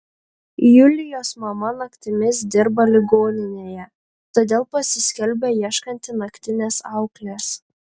julijos mama naktimis dirba ligoninėje todėl pasiskelbia ieškanti naktinės auklės